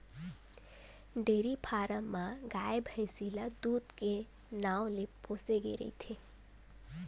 dairy farm म गाय, भइसी ल दूद के नांव ले पोसे गे रहिथे